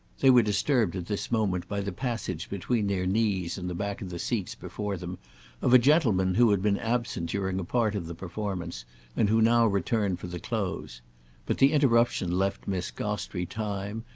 they were disturbed at this moment by the passage between their knees and the back of the seats before them of a gentleman who had been absent during a part of the performance and who now returned for the close but the interruption left miss gostrey time,